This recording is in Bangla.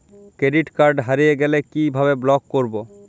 ক্রেডিট কার্ড হারিয়ে গেলে কি ভাবে ব্লক করবো?